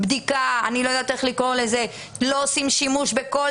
בדיקה אני לא יודע איך לקרוא לזה לא עושים שימוש בכל